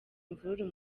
imvururu